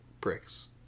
bricks